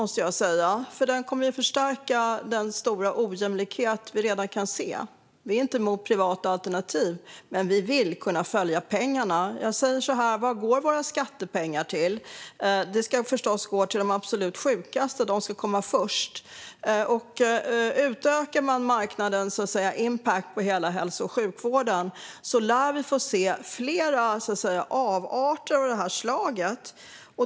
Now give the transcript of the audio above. Den kommer att förstärka den stora ojämlikhet som vi redan kan se. Vi är inte emot privata alternativ, men vi vill kunna följa pengarna. Jag säger så här: Vad går våra skattepengar till? De ska förstås gå till de absolut sjukaste. De ska komma först. Om man utökar marknadens impact på hela hälso och sjukvården lär vi få se fler avarter av detta slag.